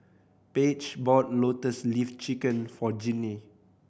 Paige bought Lotus Leaf Chicken for Jinnie